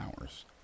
hours